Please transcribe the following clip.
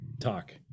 talk